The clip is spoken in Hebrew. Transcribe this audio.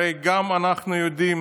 הרי גם אנחנו יודעים